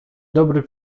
dobry